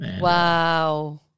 Wow